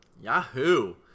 Yahoo